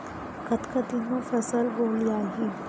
कतका दिन म फसल गोलियाही?